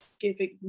giving